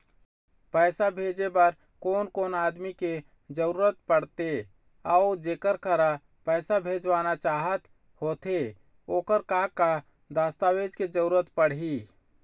पैसा भेजे बार कोन कोन आदमी के जरूरत पड़ते अऊ जेकर करा पैसा भेजवाना चाहत होथे ओकर का का दस्तावेज के जरूरत पड़ही?